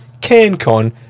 CanCon